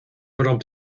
werom